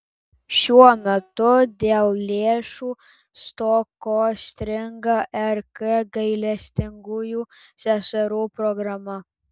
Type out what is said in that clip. šiuo metu dėl lėšų stokos stringa rk gailestingųjų seserų programa